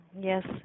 Yes